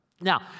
Now